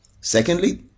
Secondly